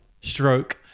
stroke